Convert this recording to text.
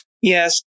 Yes